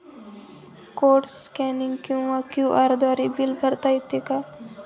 Code scanning किंवा QR द्वारे bill भरता येते का?